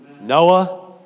Noah